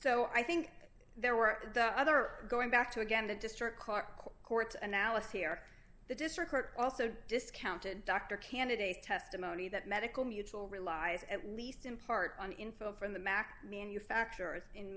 so i think there were other going back to again the district court court analysis here the district court also discounted dr candidate testimony that medical mutual relies at least in part on info from the mac manufacturers in